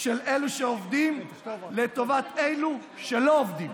של אלו שעובדים לטובת אלו שלא עובדים.